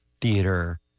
theater